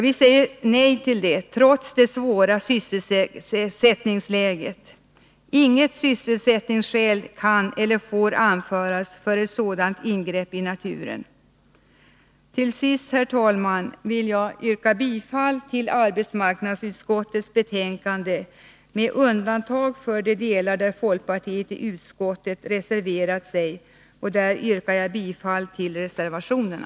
Vi säger nej till den utbyggnaden, trots det svåra sysselsättningsläget. Inget sysselsättningsskäl kan eller får anföras för ett sådant ingrepp i naturen. Till sist, herr talman, vill jag yrkar bifall till arbetsmarknadsutskottets hemställan i betänkandet med undantag för de delar där folkpartiet i utskottet reserverat sig. När det gäller dem yrkar jag bifall till reservationerna.